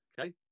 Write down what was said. Okay